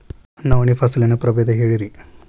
ನವಣಿ ಫಸಲಿನ ಪ್ರಭೇದ ಹೇಳಿರಿ